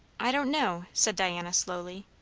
i don't know, said diana slowly.